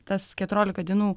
tas keturiolika dienų